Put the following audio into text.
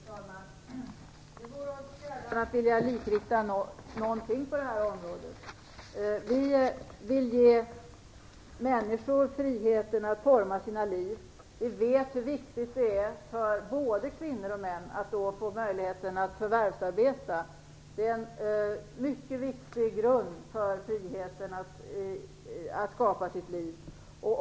Fru talman! Det vore oss fjärran att vilja likrikta någonting på det här området. Vi vill ge människor frihet att forma sina liv. Vi vet hur viktigt det är för både kvinnor och män att få möjlighet att förvärvsarbeta. Det är en mycket viktig grund för friheten att skapa sitt liv.